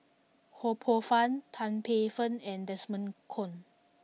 Ho Poh Fun Tan Paey Fern and Desmond Kon